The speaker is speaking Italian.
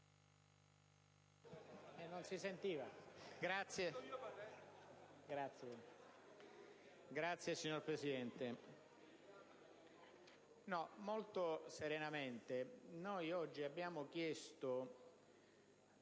Ora, signor Presidente,